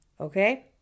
okay